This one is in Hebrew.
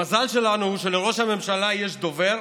המזל שלנו הוא שלראש הממשלה יש דובר